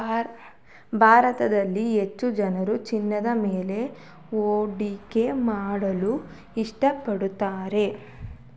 ಭಾರತದಲ್ಲಿ ಹೆಚ್ಚು ಜನರು ಚಿನ್ನದ ಮೇಲೆ ಹೂಡಿಕೆ ಮಾಡಲು ಇಷ್ಟಪಡುತ್ತಾರೆ